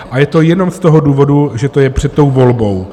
A je to jenom z toho důvodu, že to je před tou volbou.